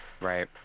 right